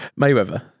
Mayweather